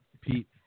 Pete